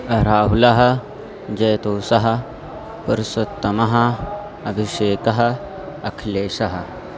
राहुलः जयतोषः पुरुशोत्तमः अभिषेकः अखिलेशः